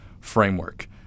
framework